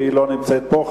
והיא לא נמצאת פה.